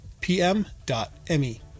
pm.me